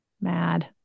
mad